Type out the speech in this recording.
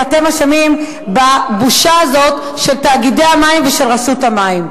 אתם אשמים בבושה הזאת של תאגידי המים ושל רשות המים.